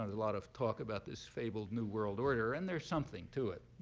lot of talk about this fabled new world order. and there's something to it.